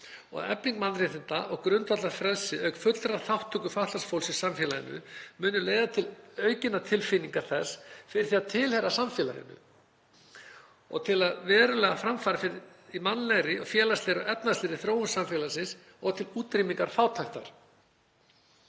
og að efling mannréttinda og grundvallarfrelsis auk fullrar þátttöku fatlaðs fólks í samfélaginu muni leiða til aukinnar tilfinningar þess fyrir því að tilheyra samfélaginu og til verulegra framfara í mannlegri, félagslegri og efnahagslegri þróun samfélagsins og til útrýmingar fátæktar.